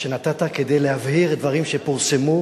שנתת כדי להבהיר דברים שפורסמו,